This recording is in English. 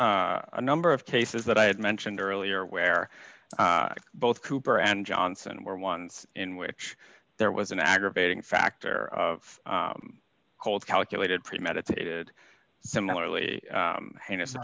of a number of cases that i had mentioned earlier where both cooper and johnson were ones in which there was an aggravating factor of cold calculated premeditated similarly heinous